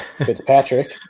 Fitzpatrick